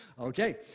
Okay